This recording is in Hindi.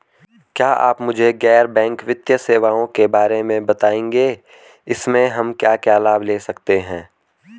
क्या आप मुझे गैर बैंक वित्तीय सेवाओं के बारे में बताएँगे इसमें हम क्या क्या लाभ ले सकते हैं?